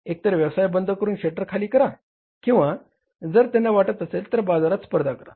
एक तर व्यवसाय बंद करून शटर खाली करा किंवा जर त्यांना वाटत असेल तर बाजारात स्पर्धा करा